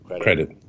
credit